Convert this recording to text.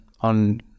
on